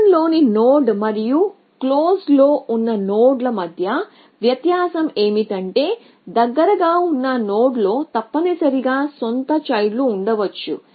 ఓపెన్లోని node మరియు closed లో ఉన్న నోడ్ ల మధ్య వ్యత్యాసం ఏమిటంటే దగ్గరగా ఉన్న నోడ్లో తప్పనిసరిగా సొంత చైల్డ్ లు ఉండవచ్చు